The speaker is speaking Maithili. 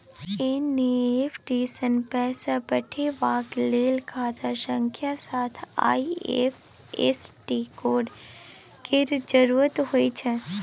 एन.ई.एफ.टी सँ पैसा पठेबाक लेल खाता संख्याक साथ आई.एफ.एस.सी कोड केर जरुरत होइत छै